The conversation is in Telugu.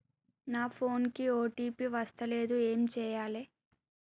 నా ఫోన్ కి ఓ.టీ.పి వస్తలేదు ఏం చేయాలే?